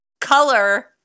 Color